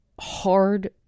hard